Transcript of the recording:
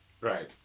Right